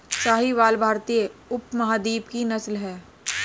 साहीवाल भारतीय उपमहाद्वीप की नस्ल है